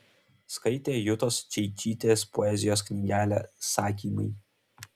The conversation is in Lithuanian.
skaitė jutos čeičytės poezijos knygelę sakymai